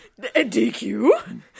DQ